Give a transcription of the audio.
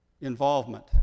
Involvement